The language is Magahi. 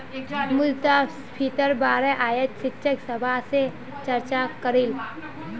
मुद्रास्फीतिर बारे अयेज शिक्षक सभा से चर्चा करिल